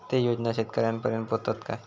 ते योजना शेतकऱ्यानपर्यंत पोचतत काय?